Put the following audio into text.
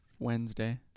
Wednesday